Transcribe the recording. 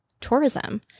tourism